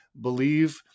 believe